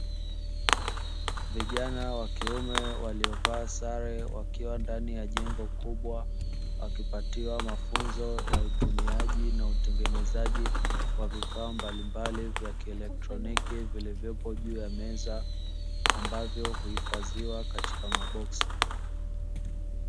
Vijana wakiume waliovaa sare wakiwa ndani ya jengo kubwa, wakipatiwa mafunzo ya utumiaji na utengenezaji wa vifaa mbalimbali vya kielektroniki vilivyopo juu ya meza, ambavyo huhifadhiwa katika maboksi.